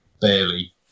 Barely